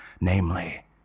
namely